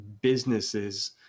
businesses